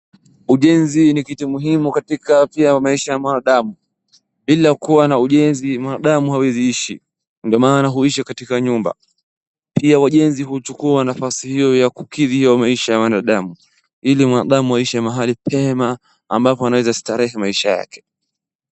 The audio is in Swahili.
Ujenzi ni kitu muhimu katika afya ya maisha ya mwanadamu, bila kuwa na ujenzi mwanadamu hawezi ishi ndo maana huishi katika nyumba. Pia wajenzi huchukua nafasi hiyo ya kukidhi maisha ya mwanadamu ili mwanadamu aishi mahali pema ama ambapo anaweza starehe maisha yake.